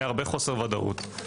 הייתה הרבה חוסר ודאות.